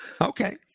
Okay